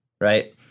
right